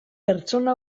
pertsona